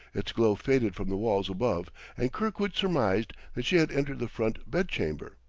its glow faded from the walls above and kirkwood surmised that she had entered the front bedchamber.